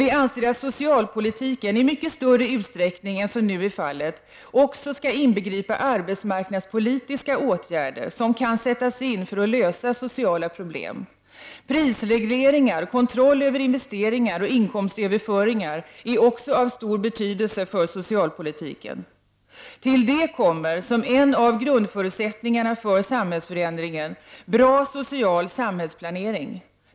Vi anser att socialpolitiken i mycket större utsträckning än vad som nu är fallet även skall inbegripa arbetsmarknadspolitiska åtgärder, som kan sättas in för att lösa sociala problem. Prisregleringar, kontroll över investeringar och inkomstöverföringar är också av stor betydelse för socialpolitiken. Till detta kommer, som en av grundförutsättningarna för samhällsförändringen, bra social samhällsplanering.